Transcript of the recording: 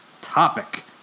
topic